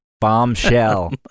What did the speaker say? Bombshell